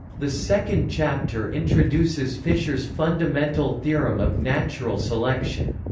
the second chapter introduces fisher's fundamental theorem of natural selection.